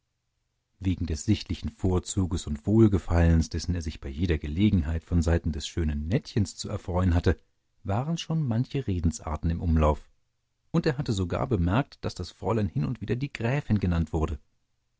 wegen des sichtlichen vorzuges und wohlgefallens dessen er sich bei jeder gelegenheit von seiten des schönen nettchens zu erfreuen hatte waren schon manche redensarten im umlauf und er hatte sogar bemerkt daß das fräulein hin und wieder die gräfin genannt wurde